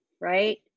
right